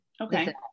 Okay